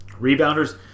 Rebounders